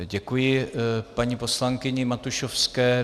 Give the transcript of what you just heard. Děkuji paní poslankyni Matušovské.